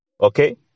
okay